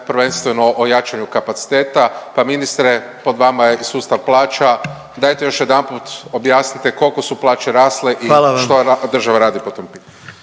prvenstveno o jačanju kapaciteta, pa ministre pod vama je sustav plaća, dajte još jedanput objasnite kolko su plaće rasle…/Upadica predsjednik: Hvala